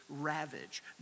ravage